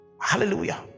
hallelujah